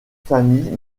famille